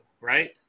right